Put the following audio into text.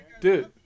Dude